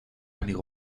amigo